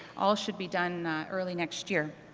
all should be done early next year.